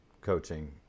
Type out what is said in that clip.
coaching